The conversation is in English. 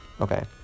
okay